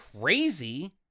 crazy